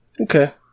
Okay